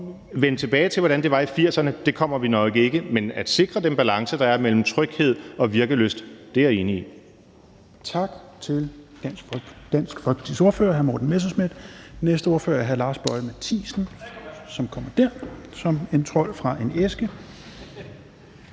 Vender vi tilbage til, hvordan det var i 1980'erne? Der gør vi nok ikke. Men at sikre den balance, der er, mellem tryghed og virkelyst er jeg enig i.